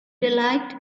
delight